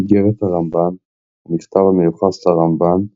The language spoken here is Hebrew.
איגרת הרמב"ן הוא מכתב המיוחס לרמב"ן,